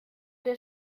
der